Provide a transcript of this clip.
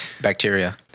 bacteria